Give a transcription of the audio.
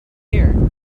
here